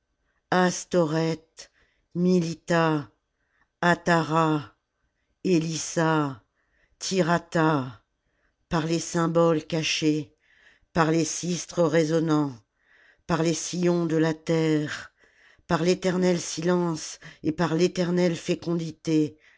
astoreth mylitta atliara elissa tiratha par les symboles cachés par les sistres résonnants par les sillons de la terre par l'éternel silence et par l'éternelle fécondité